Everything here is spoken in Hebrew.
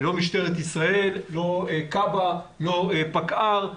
לא משטרת ישראל, לא כב"א, לא פקע"ר.